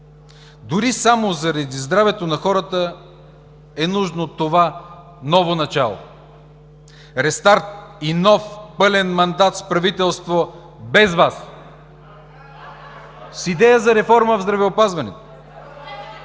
Дори само заради здравето на хората е нужно това ново начало – рестарт и нов пълен мандат с правителство без Вас (шум и реплики от ГЕРБ), с идея за реформа в здравеопазването.